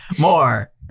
more